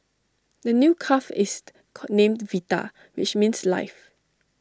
the new calf is named Vita which means life